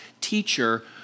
teacher